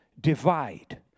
divide